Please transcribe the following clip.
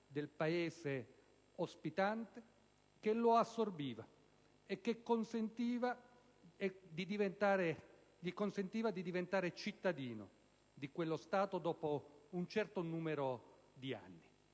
del Paese ospitante, che lo assorbiva e che gli consentiva di diventare cittadino di quello Stato dopo un certo numero di anni.